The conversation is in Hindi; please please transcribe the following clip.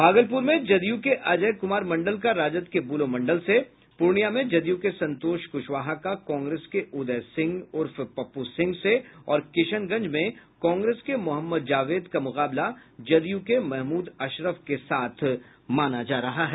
भागलपुर में जदयू के अजय कुमार मंडल का राजद के बुलो मंडल से पूर्णियां में जदयू के संतोष कुशवाहा का कांग्रेस के उदय सिंह उर्फ पप्प सिंह से और किशनगंज में कांग्रेस के मोहम्मद जावेद का मुकाबला जदयू के महमूद अशरफ के साथ माना जा रहा है